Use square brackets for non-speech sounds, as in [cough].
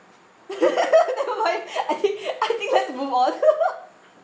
[laughs] never mind I think I think let's move on [laughs]